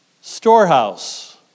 storehouse